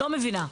לא מבינה.